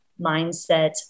mindset